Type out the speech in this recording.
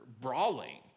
brawling